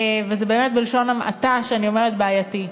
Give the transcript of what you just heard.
וזה באמת בלשון המעטה כשאני אומרת "בעייתי".